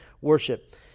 worship